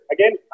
Again